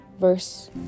verse